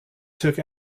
took